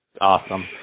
Awesome